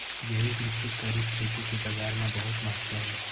जैविक रूप से करे खेती के बाजार मा बहुत महत्ता हे